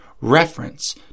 reference